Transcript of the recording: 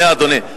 שנייה, אדוני.